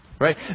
Right